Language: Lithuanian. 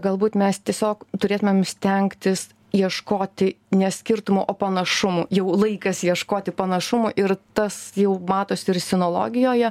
galbūt mes tiesiog turėtumėm stengtis ieškoti ne skirtumų o panašumų jau laikas ieškoti panašumų ir tas jau matosi ir sinologijoje